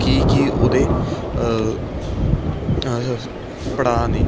ਕੀ ਕੀ ਉਹਦੇ ਪੜਾਅ ਨੇ